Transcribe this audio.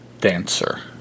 Dancer